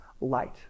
light